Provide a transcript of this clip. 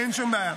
אין שום בעיה.